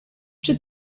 czy